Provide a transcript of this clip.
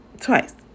Twice